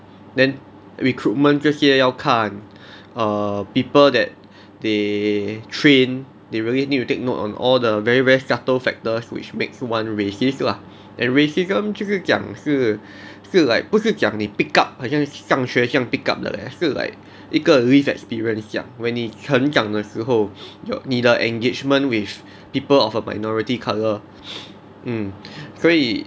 then recruitment 这些要看 err people that they train they really need to take note on all the very very subtle factors which makes one racist lah and racism 就是讲是是 like 不是讲你 pick up 很像上学这样 pick up 的 leh 是 like 一个 experience 这样 when 你成长的时候有你的 engagement with people of a minority colour mm 所以